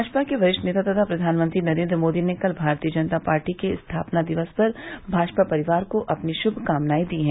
भाजपा के वरिष्ठ नेता तथा प्रधानमंत्री नरेन्द्र मोदी ने कल भारतीय जनता पार्टी के स्थापना दिवस पर भाजपा परिवार को अपनी श्भकामनाए दी हैं